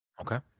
Okay